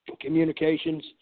communications